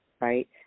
right